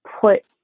put